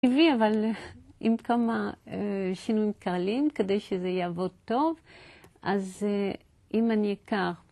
טבעי, אבל אם כמה שינויים קלים כדי שזה יעבוד טוב, אז אם אני אקח...